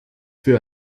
für